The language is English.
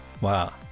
Wow